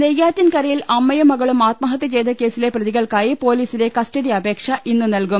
നെയ്യാറ്റിൻകരയിൽ അമ്മയും മകളും ആത്മഹത്യ ചെയ്ത കേസിലെ പ്രതികൾക്കായി പൊലീസിന്റെ കസ്റ്റഡി അപേക്ഷ ഇന്ന് നൽകും